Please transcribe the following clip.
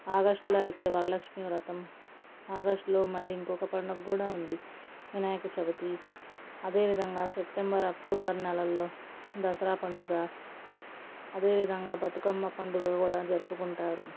ఆగస్ట్లో అయితే వరలక్ష్మి వ్రతం ఆగస్ట్లో మళ్ళీ ఇంకొక పండుగ కూడా ఉంది వినాయక చవితి అదేవిధంగా సెప్టెంబర్ అక్టోబర్ నెలలలో దసరా పండుగ అదేవిధంగా బతుకమ్మ పండుగ కూడా జరుపుకుంటారు